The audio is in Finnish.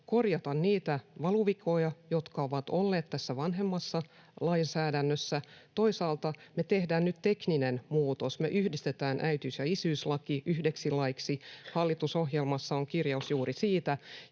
korjata niitä valuvikoja, jotka ovat olleet tässä vanhemmassa lainsäädännössä. Toisaalta me tehdään nyt tekninen muutos: me yhdistetään äitiys- ja isyyslaki yhdeksi laiksi. Hallitusohjelmassa on kirjaus juuri siitä